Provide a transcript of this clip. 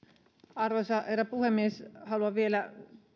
arvoisa herra puhemies haluan vielä